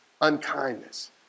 unkindness